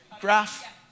graph